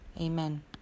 Amen